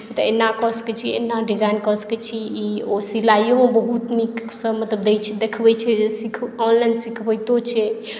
तऽ एना कऽ सकैत छी एना डिजाइन कऽ सकैत छी ई ओ सिलाइओमे बहुत नीक नीकसभ मतलब दैत छै देखबैत छै जे ऑनलाइन सिखबितो छै